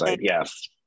yes